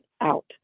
out